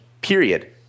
Period